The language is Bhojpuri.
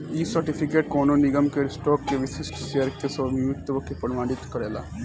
इ सर्टिफिकेट कवनो निगम के स्टॉक के विशिष्ट शेयर के स्वामित्व के प्रमाणित करेला